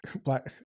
Black